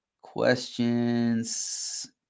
questions